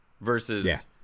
versus